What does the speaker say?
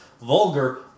vulgar